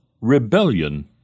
Rebellion